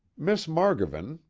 miss margovan,